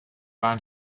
man